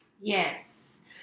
yes